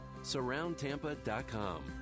Surroundtampa.com